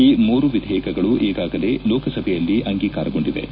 ಈ ಮೂರು ವಿಧೇಯಕಗಳು ಈಗಾಗಲೇ ಲೋಕಸಭೆಯಲ್ಲಿ ಅಂಗೀಕಾರಗೊಂಡಿವೆ